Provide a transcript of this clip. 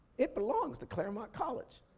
it belongs to claremont college.